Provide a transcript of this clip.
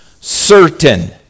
certain